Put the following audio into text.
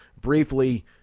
briefly